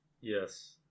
Yes